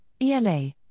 ELA